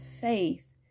faith